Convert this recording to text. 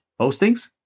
postings